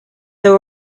there